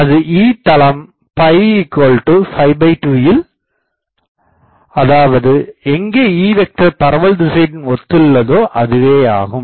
அது E தளம் 2 யில் அதாவது எங்கே E வெக்டர் பரவல் திசையினுடன் ஒத்திசைந்துள்ளதோ அதுவேயாகும்